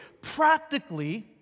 practically